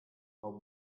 hau